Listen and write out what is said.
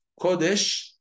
kodesh